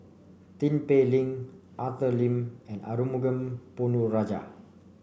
Tin Pei Ling Arthur Lim and Arumugam Ponnu Rajah